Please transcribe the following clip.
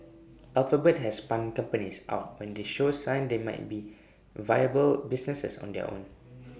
alphabet has spun companies out when they show signs they might be viable businesses on their own